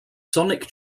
sonic